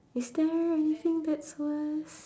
is there anything that's worse